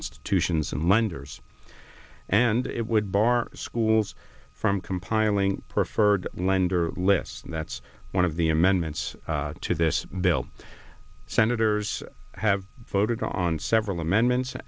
institutions and lenders and it would bar schools from compiling preferred lender lists and that's one of the amendments to this bill senators have voted on several amendment